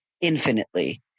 infinitely